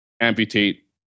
amputate